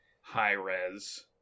high-res